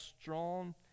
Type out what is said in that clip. strong